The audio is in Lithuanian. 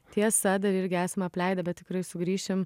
tiesa dar irgi esame apleidę bet tikrai sugrįšim